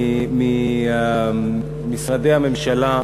ממשרדי הממשלה,